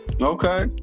Okay